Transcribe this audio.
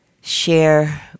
share